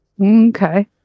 Okay